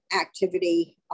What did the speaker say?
activity